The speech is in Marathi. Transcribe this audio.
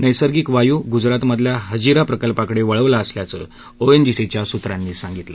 नैसर्गिक वायू गुजरातमधल्या हजीरा प्रकाल्पाकडे वळवला असल्याचं ओएनजीसीच्या सूत्रांनी सांगितलं